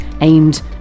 aimed